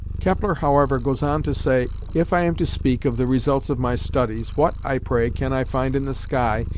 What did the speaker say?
kepler however goes on to say, if i am to speak of the results of my studies, what, i pray, can i find in the sky,